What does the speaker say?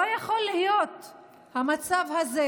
לא יכול להיות המצב הזה,